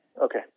Okay